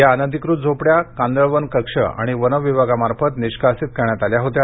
या अनधिकृत झोपड्या कांदळवन कक्ष आणि वन विभागामार्फत निष्कासित करण्यात आल्या होत्या